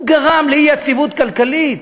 הוא גרם לאי-יציבות כלכלית,